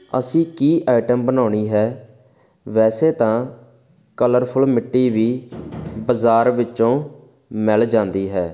ਅਸੀਂ ਕੀ ਐਟਮ ਬਣਾਉਣੀ ਹੈ ਵੈਸੇ ਤਾਂ ਕਲਰਫੁਲ ਮਿੱਟੀ ਵੀ ਬਾਜ਼ਾਰ ਵਿੱਚੋਂ ਮਿਲ ਜਾਂਦੀ ਹੈ